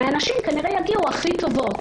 מהנשים כנראה יגיעו הכי טובות,